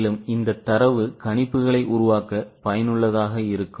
இப்போது இந்தத் தரவு கணிப்புகளை உருவாக்க பயனுள்ளதாக இருக்கும்